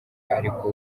ariko